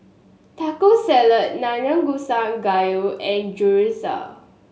Taco Salad Nanakusa Gayu and Chorizo